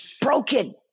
broken